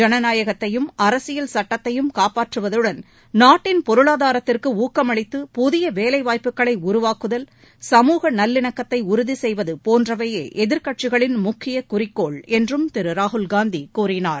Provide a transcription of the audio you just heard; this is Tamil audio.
ஜனநாயகத்தையும் அரசியல் சட்டத்தையும் காப்பாற்றுவதுடன் நாட்டின் பொருளாதாரத்திற்கு ஊக்கமளித்து புதிய வேலைவாய்ப்புகளை உருவாக்குதல் சமூக நல்லிணக்கத்தை உறுதி செய்வது போன்றவையே எதிர்க்கட்சிகளின் முக்கிய குறிக்கோள் என்றும் திரு ராகுல் காந்தி கூறினார்